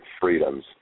freedoms